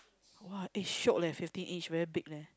!wah! eh shiok leh fifty inch very big leh